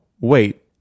wait